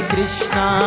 Krishna